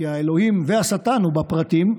כי האלוהים והשטן הם בפרטים שלה,